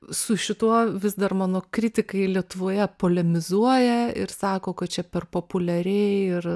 su šituo vis dar mano kritikai lietuvoje polemizuoja ir sako kad čia per populiai ir